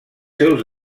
seus